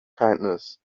kindness